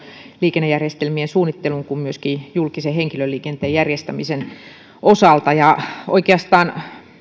liikennejärjestelmien suunnittelun kuin myöskin julkisen henkilöliikenteen järjestämisen osalta oikeastaan